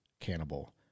cannibal